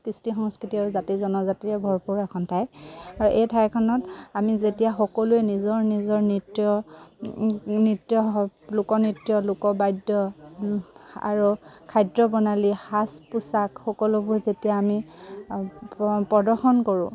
কৃষ্টি সংস্কৃতি আৰু জাতি জনজাতিৰে ভৰপূৰ এখন ঠাই আৰু এই ঠাইখনত আমি যেতিয়া সকলোৱে নিজৰ নিজৰ নৃত্য নৃত্য হওক লোকনৃত্য লোকবাদ্য আৰু খাদ্য প্ৰণালী সাজ পোছাক সকলোবোৰ যেতিয়া আমি প্ৰদৰ্শন কৰোঁ